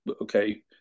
okay